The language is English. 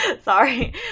sorry